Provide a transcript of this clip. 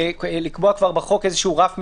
לקבוע כבר בחוק רף מינימלי.